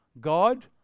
god